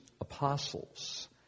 apostles